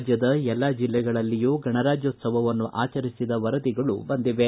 ರಾಜ್ಯದ ಎಲ್ಲಾ ಜೆಲ್ಲೆಗಳಲ್ಲಿಯೂ ಗಣರಾಜ್ಯೋತ್ಸವವನ್ನು ಆಚರಿಸಿದ ವರದಿಗಳು ಬಂದಿವೆ